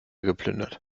geplündert